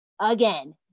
again